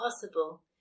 possible